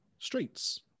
Streets